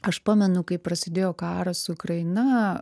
aš pamenu kai prasidėjo karas ukraina